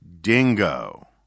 dingo